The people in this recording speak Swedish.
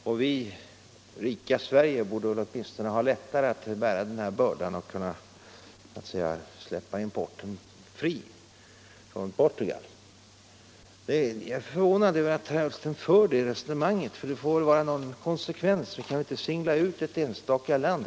Vi i det rika Sverige skulle ha lättare att bära den här bördan och borde därför släppa importen från Portugal fri. Jag är förvånad över att herr Ullsten för det resonemanget. Det får väl ändå vara någon konsekvens. Vi kan inte peka ut ett enstaka land.